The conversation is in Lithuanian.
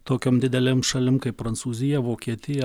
tokiom didelėm šalim kaip prancūzija vokietija